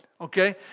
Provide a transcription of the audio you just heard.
Okay